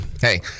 Hey